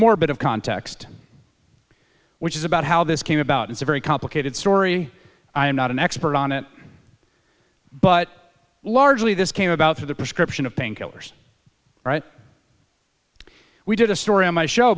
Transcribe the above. more bit of context which is about how this came about it's a very complicated story i'm not an expert on it but largely this came about through the prescription of painkillers but we did a story on my show